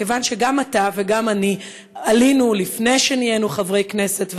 כיוון שאתה וגם אני עלינו לפני שנהיינו חברי כנסת,